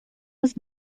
was